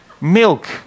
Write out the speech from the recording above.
milk